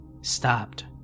stopped